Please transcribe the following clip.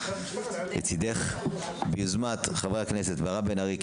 של חברי הכנסות מירב בן ארי,